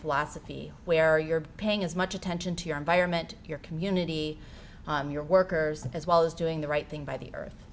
philosophy where you're paying as much attention to your environment your community your workers as well as doing the right thing by the earth